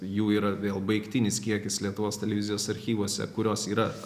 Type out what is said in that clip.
jų yra vėl baigtinis kiekis lietuvos televizijos archyvuose kurios yra